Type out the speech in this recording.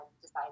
decided